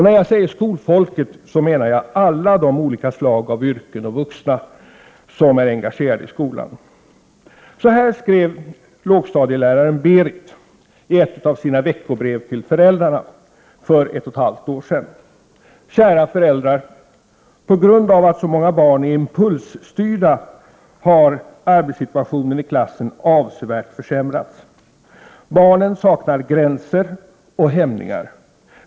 När jag säger ”skolfolket” menar jag alla de olika slag av yrken och vuxna som är engagerade i skolan. Så här skrev lågstadieläraren Berit i ett av sina veckobrev till föräldrarna för ett och ett halvt år sedan: ”Kära föräldrar! På grund av att så många barn är impulsstyrda har arbetssituationen i klassen avsevärt försämrats. Barnen saknar gränser och hämningar.